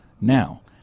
Now